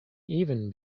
even